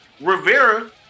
Rivera